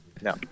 no